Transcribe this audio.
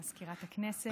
מזכירת הכנסת.